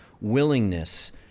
willingness